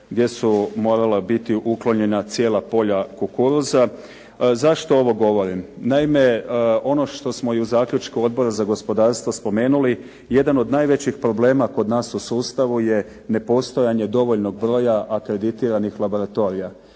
gdje su morala biti uklonjena cijela polja kukuruza. Zašto ovo govorim? Naime, ono što smo i u zaključku Odbora za gospodarstvo spomenuli, jedan od najvećih problema kod nas u sustavu je nepostojanje dovoljnog broja akreditiranih laboratorija.